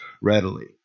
readily